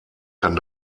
kann